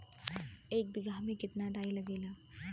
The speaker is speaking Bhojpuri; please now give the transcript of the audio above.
एक बिगहा में केतना डाई लागेला?